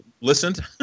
listened